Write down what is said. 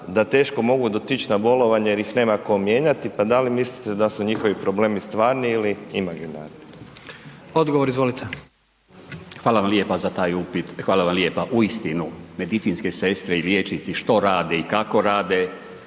da teško mogu otići na bolovanje jer ih nema tko mijenjati. Pa da li mislite da su njihovi problemi stvarni ili imaginarni? **Jandroković, Gordan (HDZ)** Odgovor izvolite. **Kujundžić, Milan (HDZ)** Hvala vam lijepa za taj upit, hvala vam lijepa. Uistinu medicinske sestre i liječnici što rade i kako rade